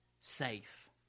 safe